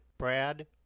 Brad